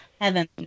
Heaven